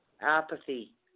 apathy